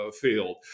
field